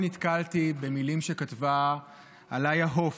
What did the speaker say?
נתקלתי במילים שכתבה אלאיה הוף,